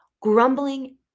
grumbling